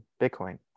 Bitcoin